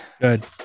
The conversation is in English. Good